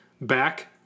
back